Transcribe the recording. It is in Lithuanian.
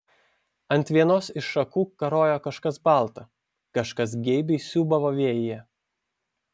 ant vienos iš šakų karojo kažkas balta kažkas geibiai siūbavo vėjyje